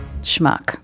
Schmuck